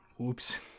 Oops